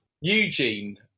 Eugene